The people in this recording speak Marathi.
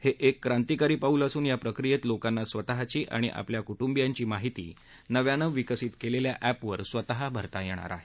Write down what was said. हे एक क्रांतिकारक पाऊल असून या प्रक्रियेत लोकांना स्वतःची आणि आपल्या कुटुंबियांची माहिती नव्यानं विकसित केलेल्या अप्विर स्वतः भरता येणार आहे